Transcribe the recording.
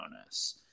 bonus